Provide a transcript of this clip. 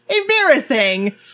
Embarrassing